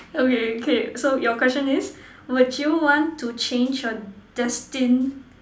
okay okay so your question is would you want to change your destined